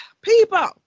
People